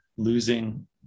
losing